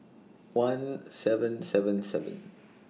one seven seven seven